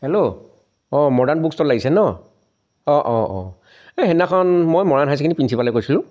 hello অ' Moran book stall লাগিছে ন অ' অ' অ' এই সেইদিনাখন মই মৰাণ হাই ছেকেণ্ডেৰী প্ৰিঞ্চিপালে কৈছোঁ